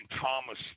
Thomas